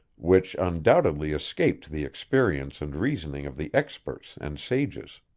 which undoubtedly escaped the experience and reasoning of the experts and sages.